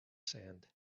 sand